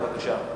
בבקשה.